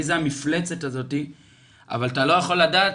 מי זה המפלצת הזאתי ואתה לא יכול לדעת,